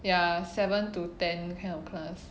ya seven to ten kind of class